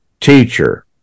teacher